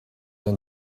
and